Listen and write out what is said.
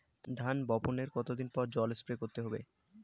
ধান বপনের কতদিন পরে জল স্প্রে করতে হবে?